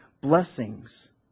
blessings